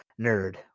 Nerd